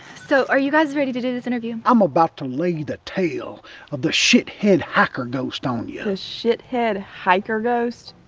so are you guys ready to do this interview? i'm about to lay the tale of the shithead hike ghost on ya. the shithead hiker ghost?